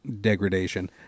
degradation